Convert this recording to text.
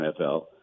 NFL